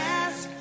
ask